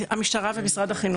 המשטרה ומשרד החינוך.